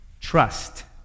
Trust